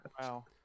Wow